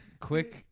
Quick